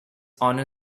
honor